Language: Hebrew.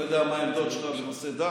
אני לא יודע מה העמדות שלך בנושא דת.